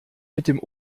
mit